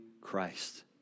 Christ